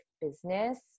business